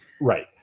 Right